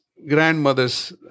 grandmothers